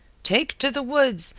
take to the woods,